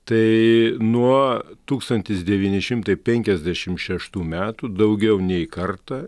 tai nuo tūkstantis devyni šimtai penkiasdešimt šeštų metų daugiau nei kartą